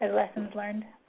and lessons learned?